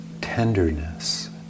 tenderness